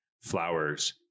flowers